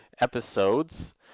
episodes